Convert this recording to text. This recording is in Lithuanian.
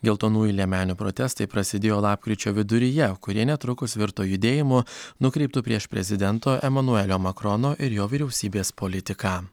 geltonųjų liemenių protestai prasidėjo lapkričio viduryje kurie netrukus virto judėjimu nukreiptu prieš prezidento emanuelio makrono ir jo vyriausybės politiką